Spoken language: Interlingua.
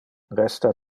resta